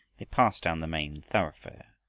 they passed down the main thoroughfare,